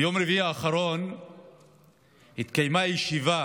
ביום רביעי האחרון התקיימה ישיבה